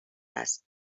است